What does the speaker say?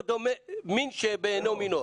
לא דומה מין בשאינו מינו.